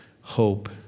hope